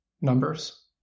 numbers